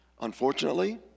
Unfortunately